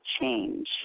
change